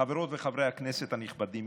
חברות וחברי הכנסת הנכבדים,